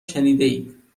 شنیدهاید